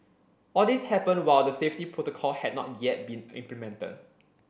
all this happened while the safety protocol had not yet been implemented